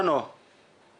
ספר לנו מהמבט שלך,